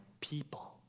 people